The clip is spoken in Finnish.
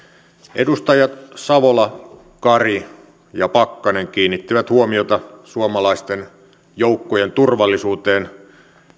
edustajat savola kari ja pakkanen kiinnittivät huomiota suomalaisten joukkojen turvallisuuteen